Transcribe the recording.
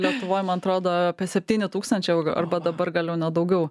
lietuvoj man atrodo apie septyni tūkstančiai arba dabar galiu daugiau